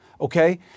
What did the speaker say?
Okay